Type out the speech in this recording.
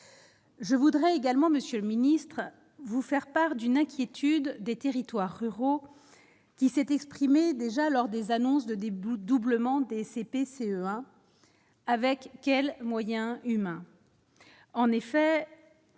je voudrais également Monsieur le Ministre, vous faire part d'une inquiétude des territoires ruraux, qui s'est exprimé déjà lors des annonces de des bouts doublement des CP, CE1, avec quels moyens humains,